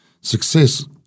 success